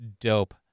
dope